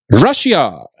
Russia